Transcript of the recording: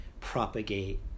propagate